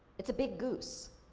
it's a big goose.